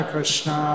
Krishna